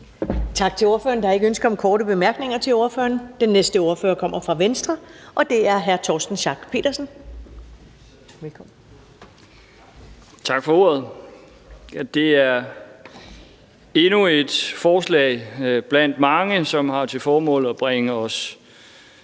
Tak til ordføreren. Der er ikke ønske om korte bemærkninger til ordføreren. Den næste ordfører kommer fra Venstre, og det er hr. Torsten Schack Pedersen. Velkommen. Kl. 12:46 (Ordfører) Torsten Schack Pedersen (V): Tak for ordet. Det er endnu et forslag blandt mange, som har til formål at bringe os